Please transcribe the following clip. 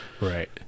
Right